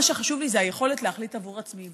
מה שחשוב לי זה היכולת להחליט בעבור עצמי,